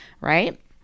right